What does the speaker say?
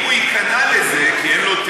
אם אתם מסוגלים, תנהלו את הדיון הזה באופן ענייני.